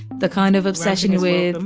the kind of obsession with, and